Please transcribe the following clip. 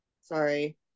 sorry